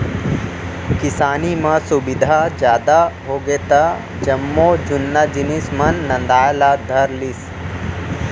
किसानी म सुबिधा जादा होगे त जम्मो जुन्ना जिनिस मन नंदाय ला धर लिस